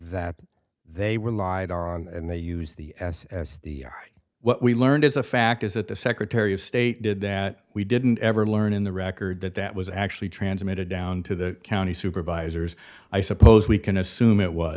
that they relied on and they use the s s the what we learned as a fact is that the secretary of state did that we didn't ever learn in the record that that was actually transmitted down to the county supervisors i suppose we can assume it was